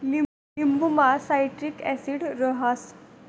लिंबुमा citric acid रहास